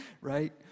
right